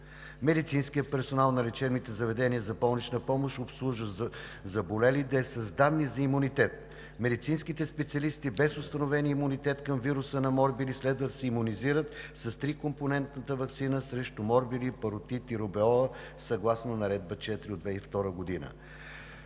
медицинският персонал на лечебните заведения за болнична помощ, обслужващ заболелите да е с данни за имунитет; - медицинските специалисти без установен имунитет към вируса на морбили следва да се имунизират с трикомпонентната ваксина срещу морбили, паротит и рубеола, съгласно Наредба № 4 от 2002 г.;